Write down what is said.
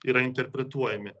yra interpretuojami